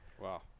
Wow